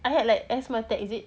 I had like asthma attack is it